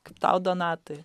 kaip tau donatai